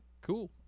cool